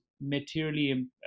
materially